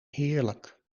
heerlijk